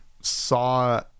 saw